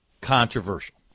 controversial